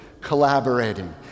collaborating